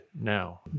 now